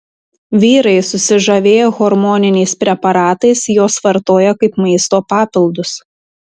vyrai susižavėję hormoniniais preparatais juos vartoja kaip maisto papildus